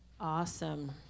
Awesome